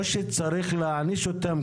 או שצריך להעניש אותם,